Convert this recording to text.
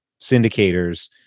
syndicators